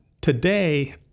Today